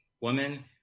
woman